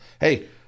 Hey